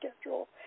schedule